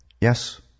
Yes